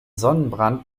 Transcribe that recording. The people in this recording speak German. sonnenbrand